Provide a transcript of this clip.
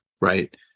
right